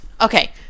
Okay